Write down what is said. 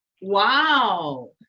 Wow